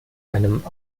einem